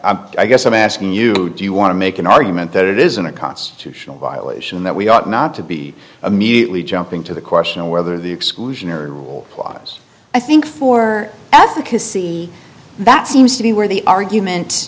just i guess i'm asking you do you want to make an argument that it isn't a constitutional violation that we ought not to be immediately jumping to the question of whether the exclusionary rule applies i think for us because see that seems to be where the argument